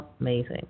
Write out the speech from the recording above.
amazing